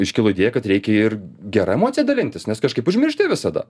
iškilo idėja kad reikia ir gera emocija dalintis nes kažkaip užmiršti visada